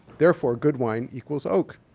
therefore, good wine equals oak.